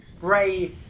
Ray